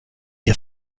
ihr